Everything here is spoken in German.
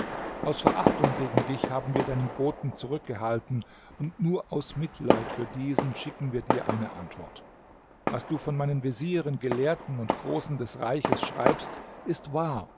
aus verachtung gegen dich haben wir deinen boten zurückgehalten und nur aus mitleid für diesen schicken wir dir eine antwort was du von meinen vezieren gelehrten und großen des reiches schreibst ist wahr